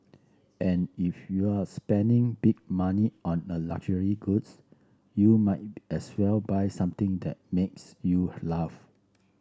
and if you're spending big money on a luxury goods you might as well buy something that makes you laugh